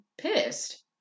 pissed